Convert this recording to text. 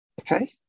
Okay